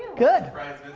good.